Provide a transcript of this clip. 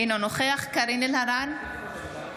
אינו נוכח קארין אלהרר,